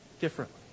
differently